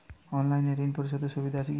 অনলাইনে ঋণ পরিশধের সুবিধা আছে কি?